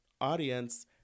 audience